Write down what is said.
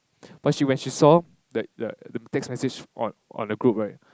but she when she saw the the text message on on the group right